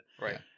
Right